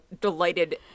delighted